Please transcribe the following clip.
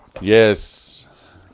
Yes